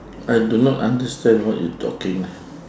I do not understand what you talking